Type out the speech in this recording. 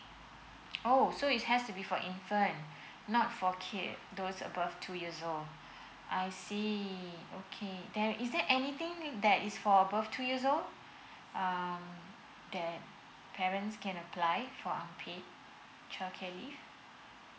oh so it has to be for infant not for kids those above two years old I see okay then is there anything that is for above two years old um that parents can apply for unpaid childcare leave